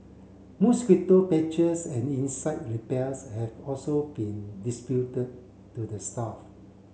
mosquito patches and insect have also been to the staff